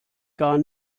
gar